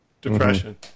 depression